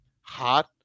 hot